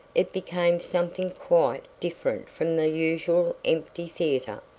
it became something quite different from the usual empty theater.